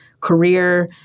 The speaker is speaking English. career